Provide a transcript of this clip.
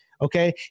Okay